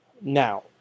Now